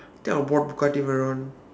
I think I would bought